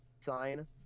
sign